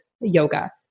yoga